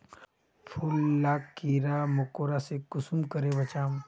फूल लाक कीड़ा मकोड़ा से कुंसम करे बचाम?